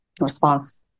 response